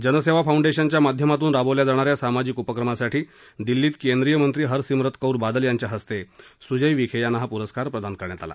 जनसेवा फाउंडेशनच्या माध्यमातून राबवल्या जाणाऱ्या सामाजिक उपक्रमासाठी दिल्लीत केंद्रीय मंत्री हरसिम्ररत कौर बादल यांच्या हस्ते सुजय विखे यांना हा पुरस्कार प्रदान करण्यात आला